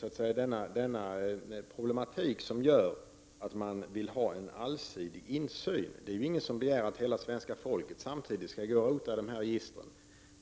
Det är denna problematik som gör att man vill ha allsidig insyn. Det är ingen som begär att hela svenska folket samtidigt skall gå och rota i dessa register.